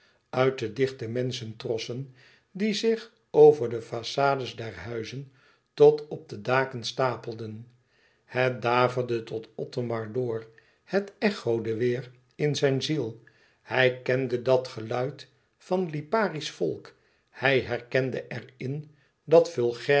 uit de dichte menschentrossen die zich over de façades der huizen tot op de daken stapelden het daverde tot othomar door het echode weêr in zijn ziel hij kende dat geluid van liparisch volk hij herkende er in dat vulgaire